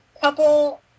couple